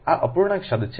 આ અપૂર્ણાંક શબ્દ છે